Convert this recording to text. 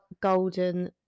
golden